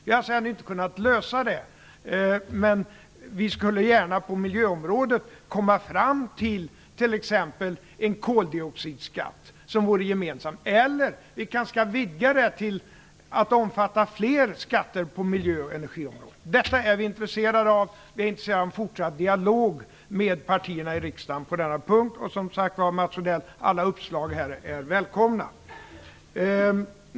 Vi har ännu inte kunnat lösa det, men vi skulle gärna på miljöområdet t.ex. vilja komma fram till en gemensam koldioxidskatt. Vi kanske också kan utvidga detta till att omfatta fler skatter på miljöområdet. Detta är vi intresserade av. Vi är intresserade av en fortsatt dialog med partierna i riksdagen på denna punkt. Alla uppslag är, som sagt var, välkomna.